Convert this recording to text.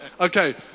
Okay